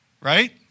right